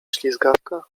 ślizgawka